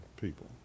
people